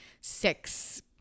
six